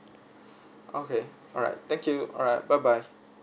okay alright thank you alright bye bye